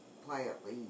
quietly